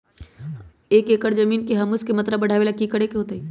एक एकड़ जमीन में ह्यूमस के मात्रा बढ़ावे ला की करे के होतई?